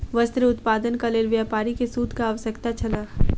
वस्त्र उत्पादनक लेल व्यापारी के सूतक आवश्यकता छल